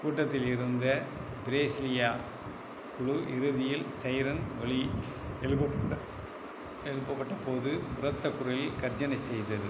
கூட்டத்தில் இருந்த பிரேசிலியா குழு இறுதியில் சைரன் ஒலி எழுப்பப்பட்ட எழுப்பப்பட்டப் போது உரத்தக் குரலில் கர்ஜனை செய்தது